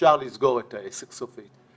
אפשר לסגור את העסק סופית.